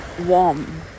warm